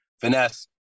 finesse